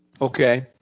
Okay